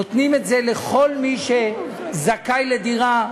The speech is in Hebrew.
נותנים את זה לכל מי שזכאי לדירה,